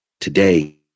Today